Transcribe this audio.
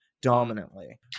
Dominantly